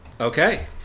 Okay